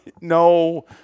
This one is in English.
No